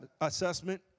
assessment